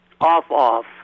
off-off